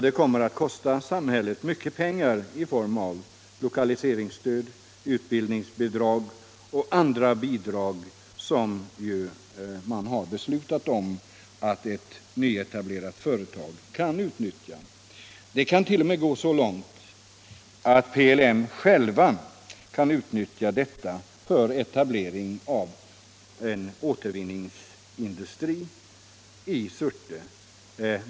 Det kommer att kosta samhället mycket stora pengar i form av lokaliseringsstöd, utbildningsbidrag och andra bidragsformer som ett nyetablerat företag kan utnyttja. Det kant.o.m. gå så långt att PLM själv kan utnyttja detta för etablering av återvinningsindustri i Surte.